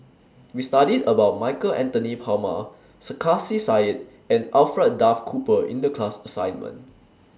We studied about Michael Anthony Palmer Sarkasi Said and Alfred Duff Cooper in The class assignment